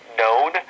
known